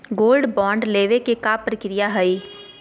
Gold bond लेवे के का प्रक्रिया हई?